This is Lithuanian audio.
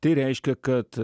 tai reiškia kad